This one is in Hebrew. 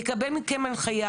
שנייה.